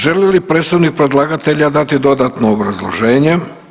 Želi li predstavnik predlagatelja dati dodatno obrazloženje?